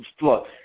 Look